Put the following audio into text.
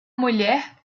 mulher